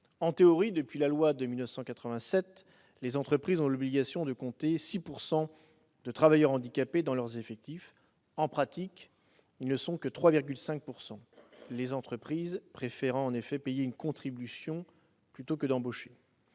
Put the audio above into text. En théorie, depuis la loi du 10 juillet 1987, les entreprises ont l'obligation de compter 6 % de travailleurs handicapés dans leurs effectifs. En pratique, ce taux n'est que de 3,5 %, les entreprises préférant payer une contribution plutôt que d'embaucher